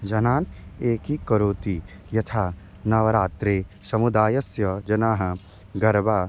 जनान् एकीकरोति यथा नवरात्रे समुदायस्य जनाः गरबा